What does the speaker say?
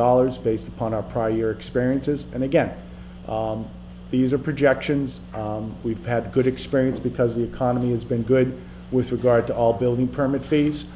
dollars based upon our prior experiences and again these are projections we've had good experience because the economy has been good with regard to all building permit face